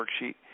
worksheet